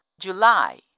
July